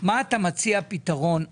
מה אתה מציע פתרון?